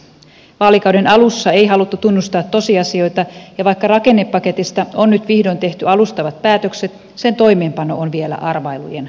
vaalikauden alussa ei haluttu tunnustaa tosiasioita ja vaikka rakennepaketista on nyt vihdoin tehty alustavat päätökset sen toimeenpano on vielä arvailujen varassa